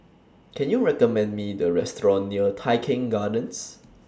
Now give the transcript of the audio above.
Can YOU recommend Me A Restaurant near Tai Keng Gardens